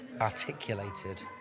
articulated